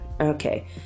okay